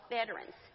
veterans